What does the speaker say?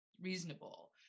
reasonable